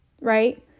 right